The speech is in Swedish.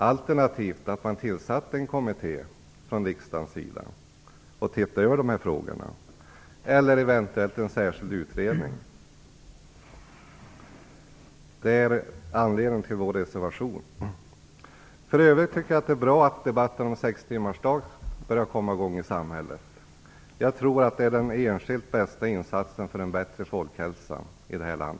Alternativt kan riksdagen begära att en kommitté eller eventuellt en särskild utredning tillsätts för att se över dessa frågor. Detta är anledningen till vår reservation. För övrigt tycker jag att det är bra att debatten som sex timmars arbetsdag börjar komma igång i samhället. Jag tror att det är den enskilt bästa insatsen för en bättre folkhälsa i detta land.